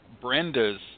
Brenda's